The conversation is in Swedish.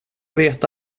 veta